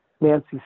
Nancy